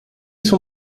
son